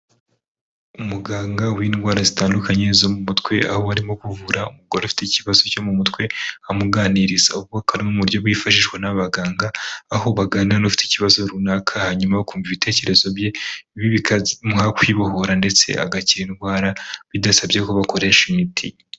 Umuganga w'indwara zitandukanye zo mu mutwe aho arimo kuvura umugore ufite ikibazo cyo mu mutwe amuganiriza, uvuka no mu buryo bwifashishwa n'abaganga aho baganira n'ufite ikibazo runaka hanyuma bakumva ibitekerezo ibi bikamuha kwibohora ndetse agakira indwara bidasabye ko bakoresha imiti.